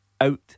out